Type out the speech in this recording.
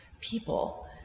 people